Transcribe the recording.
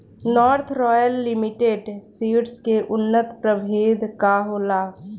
North Royal Limited Seeds के उन्नत प्रभेद का होला?